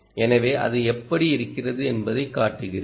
எனவே அது எப்படி இருக்கிறது என்பதைக் காட்டுகிறேன்